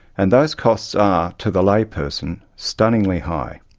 and those costs are, to the lay person, stunningly high.